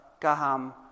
Gaham